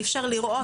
אי אפשר לראות.